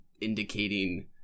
indicating